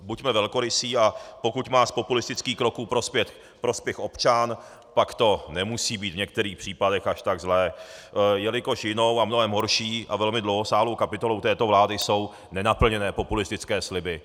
Buďme velkorysí, a pokud má z populistických kroků prospěch občan, pak to nemusí být v některých případech až tak zlé, jelikož jinou a mnohem horší a velmi dlouhosáhlou kapitolou této vlády jsou nenaplněné populistické sliby.